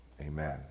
Amen